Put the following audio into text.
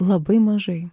labai mažai